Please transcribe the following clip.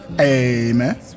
Amen